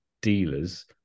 dealers